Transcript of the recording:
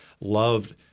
loved